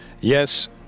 Yes